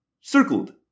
circled